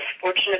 fortunate